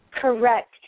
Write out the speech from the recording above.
Correct